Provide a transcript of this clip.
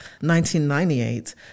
1998